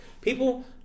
People